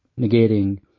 negating